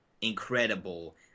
incredible